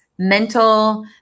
mental